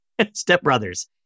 Stepbrothers